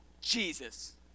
Jesus